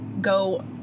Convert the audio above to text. go